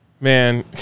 Man